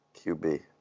QB